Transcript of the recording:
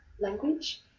language